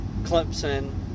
Clemson